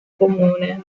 comune